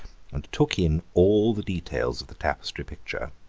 and took in all the details of the tapestry picture.